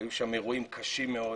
היו שם אירועים קשים מאוד